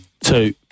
Two